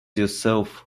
yourself